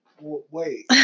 Wait